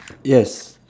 yes